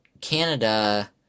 Canada